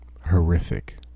horrific